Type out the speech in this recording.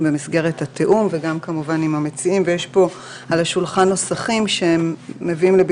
במסגרת התיאום וגם עם המציעים ויש על השולחן נוסחים שמביאים לידי